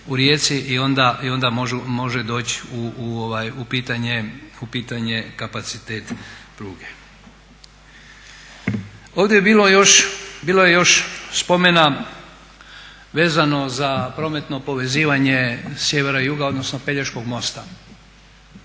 i onda može doći u pitanje kapacitet pruge. Ovdje je bilo još spomena vezano za prometno povezivanje sjevera i juga odnosno Pelješkog mosta.